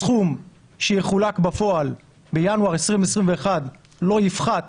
הסכום שיחולק בפועל בינואר 2021 לא יפחת